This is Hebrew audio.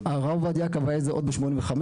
הרב עובדיה קבע את זה עוד ב-1985,